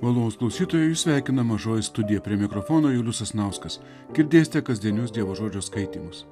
malonūs klausytojai jus sveikina mažoji studija prie mikrofono julius sasnauskas girdėsite kasdienius dievo žodžio skaitymus